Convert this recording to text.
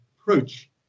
approach